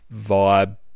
vibe